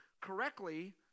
correctly